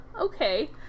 okay